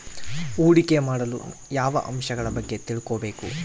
ಹೂಡಿಕೆ ಮಾಡಲು ಯಾವ ಅಂಶಗಳ ಬಗ್ಗೆ ತಿಳ್ಕೊಬೇಕು?